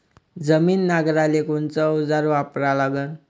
जमीन नांगराले कोनचं अवजार वापरा लागन?